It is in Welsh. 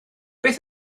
beth